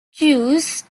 juice